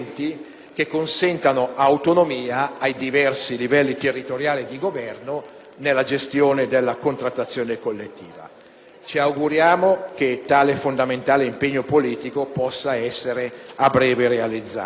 che consentano autonomia ai diversi livelli territoriali di governo nella gestione della contrattazione collettiva. Ci auguriamo pertanto che tale fondamentale impegno politico possa essere a breve realizzato.